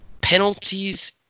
penalties